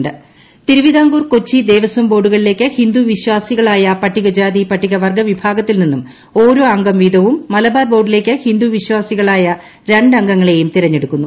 ദേവസ്വം തെരഞ്ഞെടുപ്പ് തിരുവിതാംകൂർ കൊച്ചി ദേവസ്വം ബോർഡുകളിലേക്ക് ഹിന്ദു വിശ്വാസികളായ പട്ടികജാതിപട്ടികവർഗ്ഗ വിഭാഗത്തിൽ നിന്നും ഓരോ അംഗം വീതവും മലബാർ ബോർഡിലേക്ക് ഹിന്ദു വിശ്വാസികളായ രണ്ടു അംഗങ്ങളെയും തിരഞ്ഞെടുക്കുന്നു